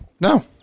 no